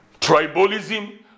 Tribalism